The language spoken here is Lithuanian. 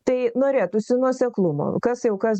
tai norėtųsi nuoseklumo kas jau kas